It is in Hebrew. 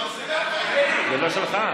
זה לא שלך.